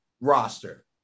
roster